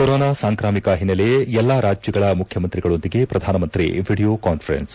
corona ಸಾಂಕ್ರಾಮಿಕ ಹಿನ್ನೆಲೆ ಎಲ್ಲಾ ರಾಜ್ದಗಳ ಮುಖ್ಚಮಂತ್ರಿಗಳೊಂದಿಗೆ ಪ್ರಧಾನಮಂತ್ರಿ ವಿಡಿಯೋ ಕಾನ್ವರೆನ್ಸ್